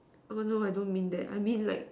oh no I don't mean that I mean like